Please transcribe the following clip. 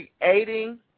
creating